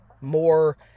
more